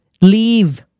Leave